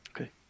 Okay